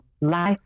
life